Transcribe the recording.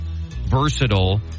versatile